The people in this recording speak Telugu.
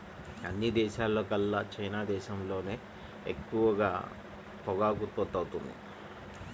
అన్ని దేశాల్లోకెల్లా చైనా దేశంలోనే ఎక్కువ పొగాకు ఉత్పత్తవుతుంది